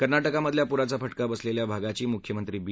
कर्नाटकमधल्या पुराचा फटका बसलखिा भागाची मुख्यमंत्री बी